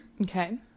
Okay